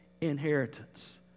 inheritance